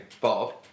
Bob